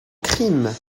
crime